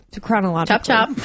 chronological